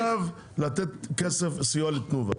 אבל אתה לא מתכוון עכשיו לתת כסף סיוע לתנובה.